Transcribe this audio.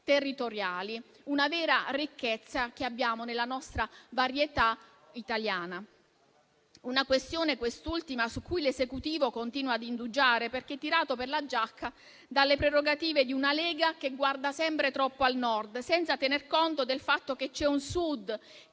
territoriali: una vera ricchezza che abbiamo nella nostra varietà italiana. È una questione, quest'ultima, su cui l'Esecutivo continua ad indugiare, perché tirato per la giacca dalle prerogative di una Lega che guarda sempre troppo al Nord, senza tener conto del fatto che c'è un Sud